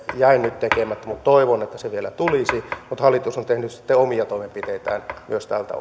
jäi nyt tekemättä toivon että se vielä tulisi mutta hallitus on tehnyt sitten omia toimenpiteitään myös tältä